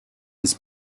his